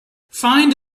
find